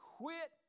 quit